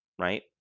right